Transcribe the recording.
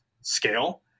scale